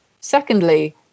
Secondly